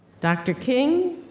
dr. king,